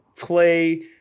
play